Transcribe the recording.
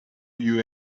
you